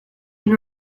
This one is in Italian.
non